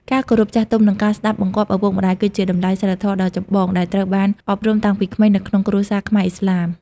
ការគោរពចាស់ទុំ និងការស្តាប់បង្គាប់ឪពុកម្តាយ គឺជាតម្លៃសីលធម៌ដ៏ចម្បងដែលត្រូវបានអប់រំតាំងពីក្មេងនៅក្នុងគ្រួសារខ្មែរឥស្លាម។